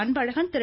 Anbazhagan Thiru